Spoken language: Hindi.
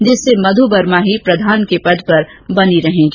जिससे मधु वर्मा ही प्रधान के पद पर बनी रहेंगी